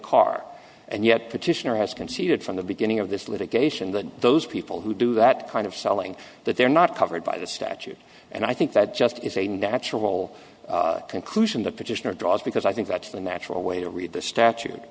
car and yet petitioner has conceded from the beginning of this litigation that those people who do that kind of selling that they're not covered by the statute and i think that just is a natural conclusion the petitioner draws because i think that's the natural way to read the statute